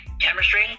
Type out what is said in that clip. chemistry